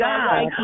God